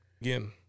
Again